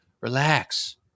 Relax